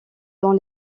dans